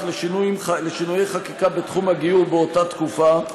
לשינויי חקיקה בתחום הגיור באותה תקופה,